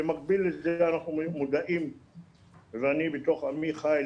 במקביל לזה שאנחנו מודעים ואני בתוך עמי חי,